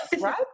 right